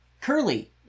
Curly